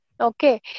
Okay